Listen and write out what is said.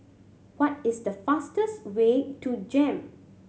what is the fastest way to JEM